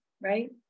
right